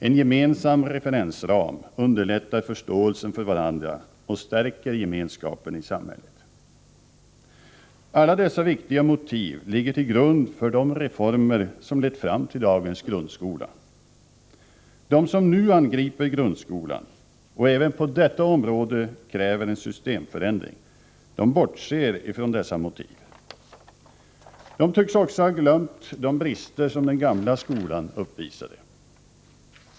En gemensam referensram underlättar förståelsen för varandra och stärker gemenskapen i samhället. Alla dessa viktiga motiv ligger till grund för de reformer som lett fram till dagens grundskola. De som nu angriper grundskolan och även på detta område kräver en systemförändring bortser ifrån dessa motiv. De tycks också ha glömt de brister som den gamla skolan uppvisade.